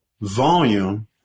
volume